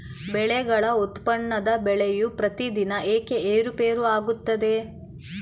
ಬೆಳೆಗಳ ಉತ್ಪನ್ನದ ಬೆಲೆಯು ಪ್ರತಿದಿನ ಏಕೆ ಏರುಪೇರು ಆಗುತ್ತದೆ?